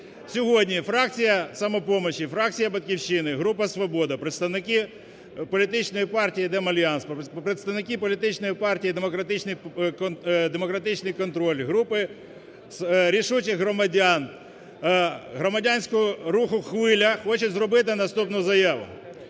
Сьогодні фракція "Самопомочі" і фракція "Батьківщини", група "Свобода", представники політичної партії "ДемАльянс", представники політичної партії "Демократичний контроль", групи "Рішучих громадян", громадянського руху "Хвиля" хочуть зробити наступну заяву,